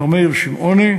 מר מאיר שמעוני,